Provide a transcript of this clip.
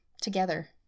together